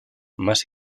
más